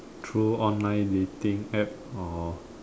through online dating App or